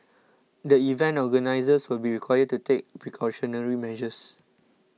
the event organisers will be required to take precautionary measures